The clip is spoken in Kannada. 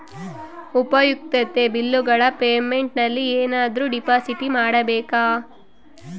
ಉಪಯುಕ್ತತೆ ಬಿಲ್ಲುಗಳ ಪೇಮೆಂಟ್ ನಲ್ಲಿ ಏನಾದರೂ ಡಿಪಾಸಿಟ್ ಮಾಡಬೇಕಾ?